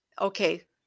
Okay